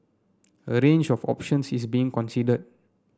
a range of options is being considered